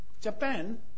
Japan